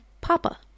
Papa